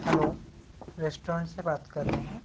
hello restaurant से बात कर रहे हैं